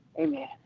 Amen